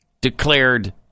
declared